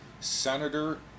senator